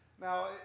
Now